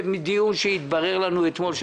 כך עלה מדיון והתברר לנו אתמול,